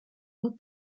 and